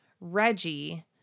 Reggie